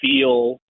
feel